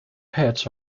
heads